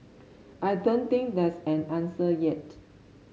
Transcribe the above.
I don't think there's an answer yet